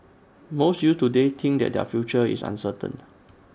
most youths today think that their future is uncertain